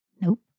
Nope